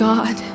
God